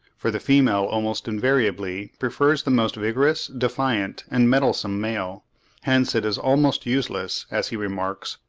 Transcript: for the female almost invariably prefers the most vigorous, defiant, and mettlesome male hence it is almost useless, as he remarks,